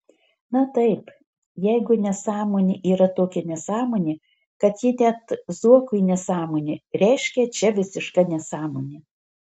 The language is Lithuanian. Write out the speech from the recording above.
na taip jeigu nesąmonė yra tokia nesąmonė kad ji net zuokui nesąmonė reiškia čia visiška nesąmonė